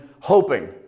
hoping